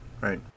right